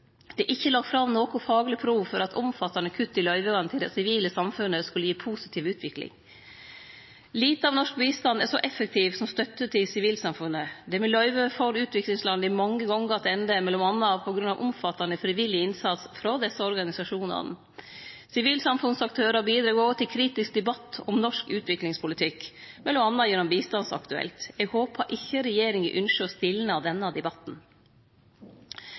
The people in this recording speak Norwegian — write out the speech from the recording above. Det er ikkje lagt fram noko fagleg prov for at omfattande kutt i løyvingane til det sivile samfunnet skulle gi positiv utvikling. Lite av norsk bistand er så effektiv som støtte til sivilsamfunnet. Det me løyver, får utviklingslanda mange gonger attende mellom anna på grunn av omfattande frivillig innsats frå desse organisasjonane. Sivilsamfunnsaktørar bidreg òg til kritisk debatt om norsk utviklingspolitikk, mellom anna gjennom Bistandsaktuelt. Eg håpar ikkje regjeringa ynskjer å få denne debatten